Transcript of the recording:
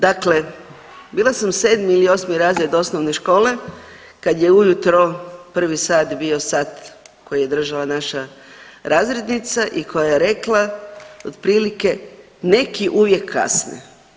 Dakle, bila sam 7 ili 8 razred osnove škole kad je ujutro prvi sat bio sat koji je držala naša razrednica i koja je rekla otprilike neki uvijek kasne.